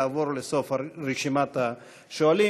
יעבור לסוף רשימת השואלים.